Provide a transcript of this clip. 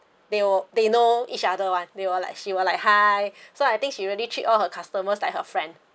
they'll they know each other one we'll like she'll like hi so I think she really treat all her customers like her friend